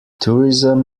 tourism